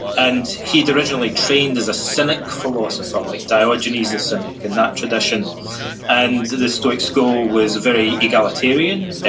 and he'd originally trained as a cynic philosopher, like diogenes the cynic, in that tradition and the stoic school was very egalitarian.